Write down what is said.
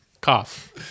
Cough